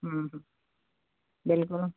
हूँ बिल्कुल